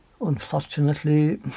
unfortunately